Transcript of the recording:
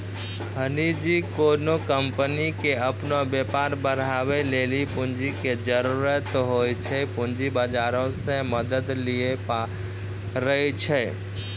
जखनि कोनो कंपनी के अपनो व्यापार बढ़ाबै लेली पूंजी के जरुरत होय छै, पूंजी बजारो से मदत लिये पाड़ै छै